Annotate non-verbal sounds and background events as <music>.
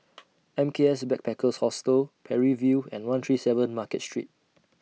<noise> M K S Backpackers Hostel Parry View and one three seven Market Street